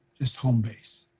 just home base.